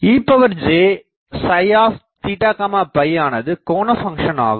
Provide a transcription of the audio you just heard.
ej ஆனது கோண function ஆகும்